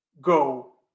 go